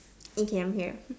eh K I am here